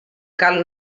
cal